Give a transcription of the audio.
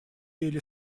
или